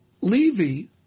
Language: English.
Levy